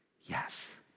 Yes